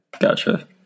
Gotcha